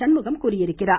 சண்முகம் தெரிவித்திருக்கிறார்